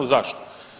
Zašto?